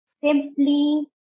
simply